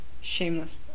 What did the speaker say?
shameless